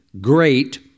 great